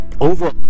Over